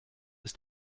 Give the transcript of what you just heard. ist